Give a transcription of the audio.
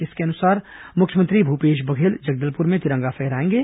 इसके अनुसार मुख्यमंत्री भूपेश बघेल जगदलपुर में तिरंगा फहराएंगे